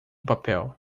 papel